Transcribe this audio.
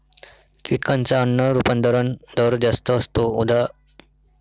कीटकांचा अन्न रूपांतरण दर जास्त असतो, उदा